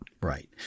right